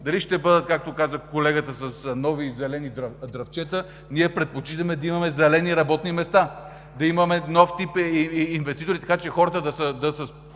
дали ще бъдат, както каза колегата, с нови зелени дръвчета – ние предпочитаме да имаме зелени работни места, да имаме нов тип инвеститори, така че хората да са